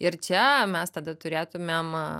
ir čia mes tada turėtumėm